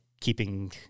keeping